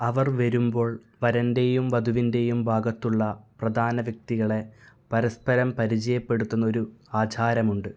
അവർ വരുമ്പോൾ വരൻ്റെയും വധുവിൻ്റെയും ഭാഗത്തുള്ള പ്രധാന വ്യക്തികളെ പരസ്പരം പരിചയപ്പെടുത്തുന്നൊരു ആചാരമുണ്ട്